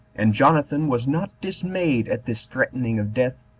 and jonathan was not dismayed at this threatening of death,